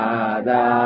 Dada